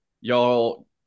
y'all